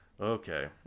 okay